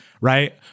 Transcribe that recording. Right